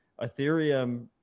Ethereum